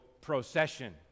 procession